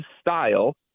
style